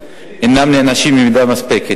האם לא אישרנו הצעת חוק כזו לפני שבוע,